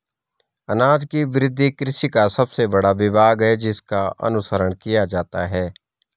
अनाज की वृद्धि कृषि का सबसे बड़ा विभाग है जिसका अनुसरण किया जाता है